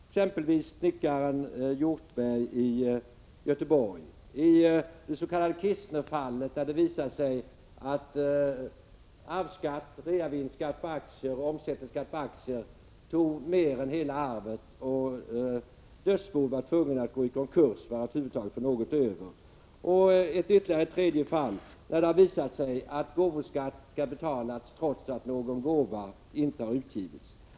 Ett sådant är det med snickaren Hjortberg i Göteborg. Ett annat är det s.k. Kistnerfallet, där det visade sig att arvsskatt, reavinstskatt på aktier och omsättningsskatt på aktier tog mer än hela arvet, och dödsboet var tvunget att gå i konkurs för att över huvud taget få något över. I ett tredje fall visade det sig att gåvoskatt skall betalas trots att någon gåva inte har utgivits.